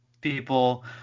people